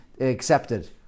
accepted